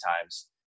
times